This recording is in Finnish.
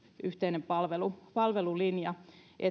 yhteinen palvelulinja